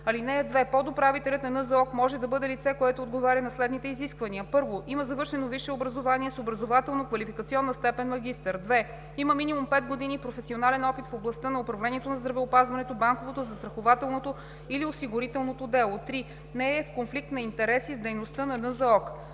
(2) Подуправител на НЗОК може да бъде лице, което отговаря на следните изисквания: 1. има завършено висше образование с образователно-квалификационна степен „магистър“; 2. има минимум пет години професионален опит в областта на управлението на здравеопазването, банковото, застрахователното или осигурителното дело; 3. не е в конфликт на интереси с дейността на НЗОК.